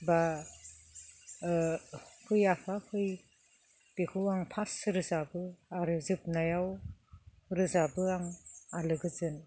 बा फै आफा फै बेखौ आं फार्स्ट रोजाबो आरो जोबनायाव रोजाबो आं आलो गोजोन